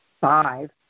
five